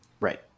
Right